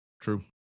True